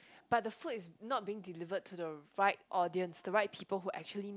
but the food is not being delivered to the right audience the right people who actually need